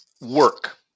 work